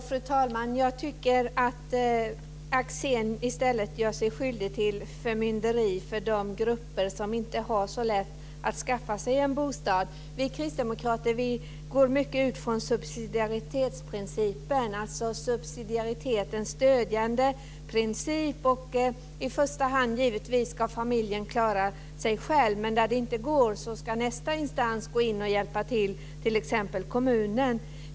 Fru talman! Jag tycker att Gunnar Axén i stället gör sig skyldig till förmynderi över de grupper som inte har så lätt att skaffa sig en bostad. Vi kristdemokrater går mycket ut från subsidiaritetsprincipen, alltså subsidiaritet som stödjande princip. I första hand ska givetvis familjen klara sig själv. Men när det inte går ska nästa instans gå in och hjälpa till, t.ex. kommunen.